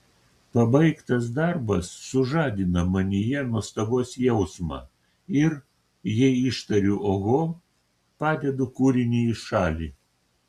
pabaigtas darbas sužadina manyje nuostabos jausmą ir jei ištariu oho padedu kūrinį į šalį